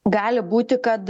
gali būti kad